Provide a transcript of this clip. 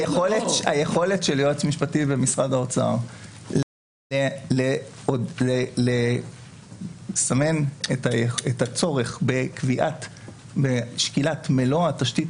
היכולת של יועץ משפטי במשרד האוצר לסמן את הצורך בשקילת מלוא התשתית